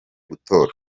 gutora